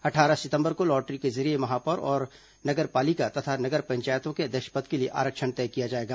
अट्ठारह सिंतबर को लॉटरी के जरिये महापौर और नगर पालिका तथा नगर पंचायतों के अध्यक्ष पद के लिए आरक्षण तय किया जाएगा